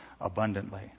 abundantly